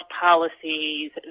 policies